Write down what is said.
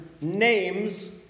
names